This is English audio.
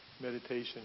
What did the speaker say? meditation